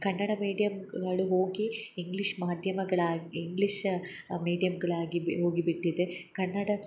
ಕನ್ನಡ ಮೀಡಿಯಮ್ಗಳು ಹೋಗಿ ಇಂಗ್ಲೀಷ್ ಮಾದ್ಯಮಗಳು ಇಂಗ್ಲೀಷ್ ಮೀಡಿಯಮ್ಗಳಾಗಿ ಬಿ ಹೋಗಿ ಬಿಟ್ಟಿದೆ ಕನ್ನಡ